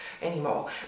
anymore